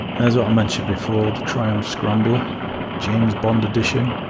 here's what i mentioned before the triumph scrambler james bond edition